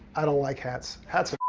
i don't like hats. hats are